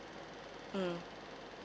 mm